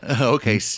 okay